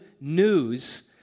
news